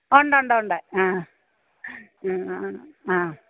ഉണ്ടൊണ്ടൊണ്ട് ആ ആ ആ